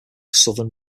southern